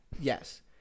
Yes